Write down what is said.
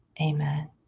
amen